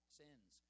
sins